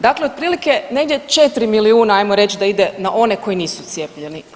Dakle, otprilike negdje 4 milijuna ajmo reći da ide na one koji nisu cijepljeni.